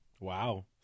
Wow